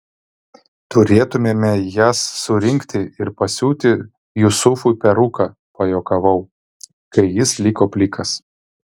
turėtumėme jas surinkti ir pasiūti jusufui peruką pajuokavau kai jis liko plikas